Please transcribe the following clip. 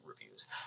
reviews